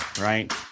right